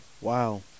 Wow